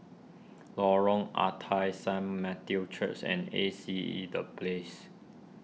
Lorong Ah Thia Saint Matthew's Church and A C E the Place